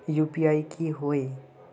UPI की होय है?